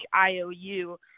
IOU